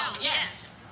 yes